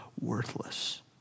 worthless